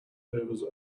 favours